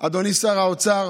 אדוני שר האוצר,